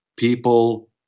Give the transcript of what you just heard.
people